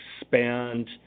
expand